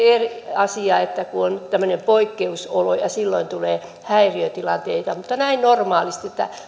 asia kun on tämmöinen poikkeusolo ja silloin tulee häiriötilanteita mutta näin normaalisti